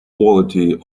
quality